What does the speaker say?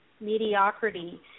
mediocrity